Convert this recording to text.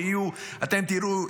אתם תראו,